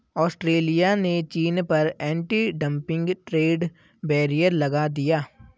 Australia ने चीन पर एंटी डंपिंग ट्रेड बैरियर लगा दिया